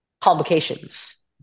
complications